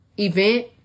event